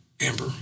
Amber